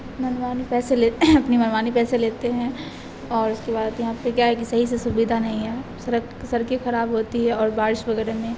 منمانی پیسے لے اپنی منمانی پیسے لیتے ہیں اور اس کے بعد یہاں پہ کیا ہے کہ صحیح سے سویدھا نہیں ہے سڑک سڑکیں خراب ہوتی ہے اور بارش وغیرہ میں